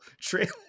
trailer